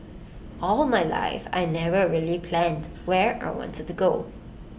all my life I never really planned where I wanted to go